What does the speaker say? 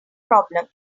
problem